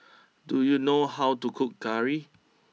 do you know how to cook Curry